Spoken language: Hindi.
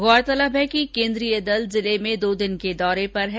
गौरतलब है कि केन्द्रीय दल जिले में दो दिन के दौरे पर है